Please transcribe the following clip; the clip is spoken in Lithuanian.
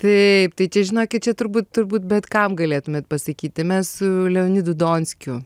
taip tai čia žinokit čia turbūt turbūt bet kam galėtumėt pasakyti mes su leonidu donskiu